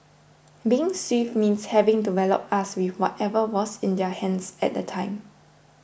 being swift means having to wallop us with whatever was in their hands at the time